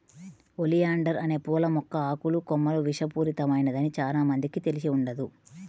oleander అనే పూల మొక్క ఆకులు, కొమ్మలు విషపూరితమైనదని చానా మందికి తెలిసి ఉండదు